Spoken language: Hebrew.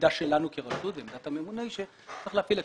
העמדה שלנו כרשות ועמדת הממונה היא שצריך להפעיל את